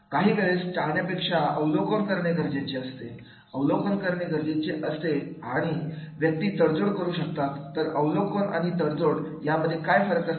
काही वेळेस टाळण्यापेक्षा अवलोकन करणे गरजेचे असते अवलोकन गरजेचे असते आणि व्यक्ती तडजोड करू शकतात तर अवलोकन आणि तडजोड यामध्ये काय फरक असेल